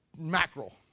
mackerel